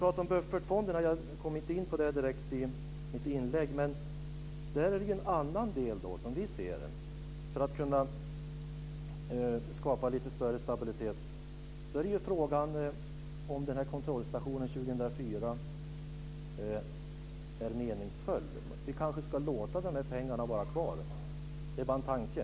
Jag kom inte in direkt på buffertfonderna i mitt inlägg, men där handlar det ju, som vi ser det, om en annan del för att kunna skapa lite större stabilitet. Då är ju frågan om den här kontrollstationen 2004 är meningsfull. Vi kanske ska låta de här pengarna vara kvar. Det är bara en tanke.